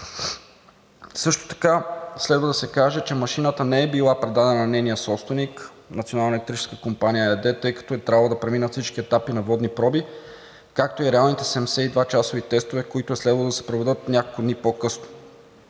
Също така следва да се каже, че машината не е била предадена на нейния собственик – „Национална електрическа компания“ ЕАД, тъй като е трябвало да преминат всичките етапи на водни проби, както и реалните 72-часови тестове, които е следвало да се проведат няколко дни по-късно.